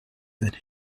that